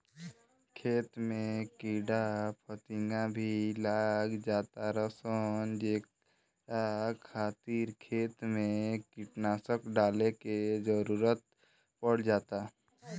खेत में कीड़ा फतिंगा भी लाग जातार सन जेकरा खातिर खेत मे भी कीटनाशक डाले के जरुरत पड़ जाता